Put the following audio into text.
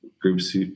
groups